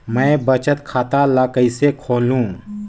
मैं बचत खाता ल किसे खोलूं?